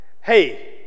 hey